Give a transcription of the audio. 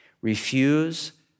refuse